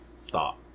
stop